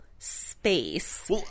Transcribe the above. space